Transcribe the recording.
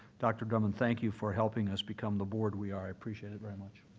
dr. drummond, thank you for helping us become the board we are. i appreciate it very much.